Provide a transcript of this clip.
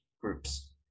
groups